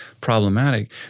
problematic